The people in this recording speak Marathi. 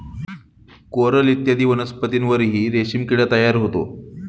कोरल इत्यादी वनस्पतींवरही रेशीम किडा तयार होतो